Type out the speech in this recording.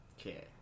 okay